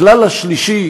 הכלל השלישי